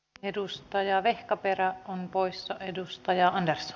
edustajaa vehkaperä on poissa edustaja kiitos